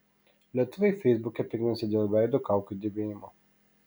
lietuviai feisbuke piktinasi dėl veido kaukių dėvėjimo